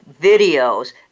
videos